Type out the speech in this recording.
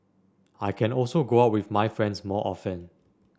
I can also go out with my friends more often